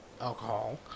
alcohol